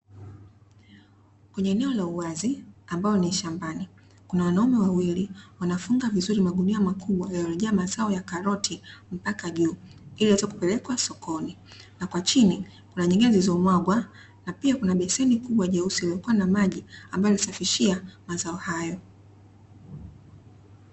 Kwenye eneo la uwazi ambalo ni shambani kuna wanaume wawili wanafunga vizuri magunia makubwa yaliyojaa mazao ya karoti mpaka juu, ili iweze kupelekwa sokoni. Na kwa chini kuna nyingine zilizomwagwa na pia kuna beseni kubwa jesui lilokuwa na maji, ambayo walisafishia mazao hayo.